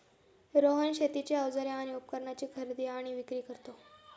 रोहन शेतीची अवजारे आणि उपकरणाची खरेदी आणि विक्री करतो